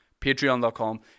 Patreon.com